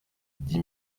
dix